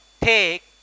take